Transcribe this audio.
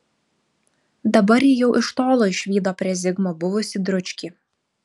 dabar ji jau iš tolo išvydo prie zigmo buvusį dručkį